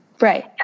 right